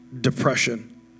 depression